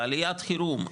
בעליית חירום,